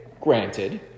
Granted